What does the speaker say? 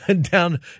down